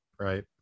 Right